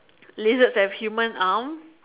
lizards have human arm